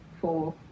four